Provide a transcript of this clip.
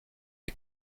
est